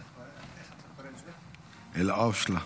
אלהואשלה.